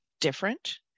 different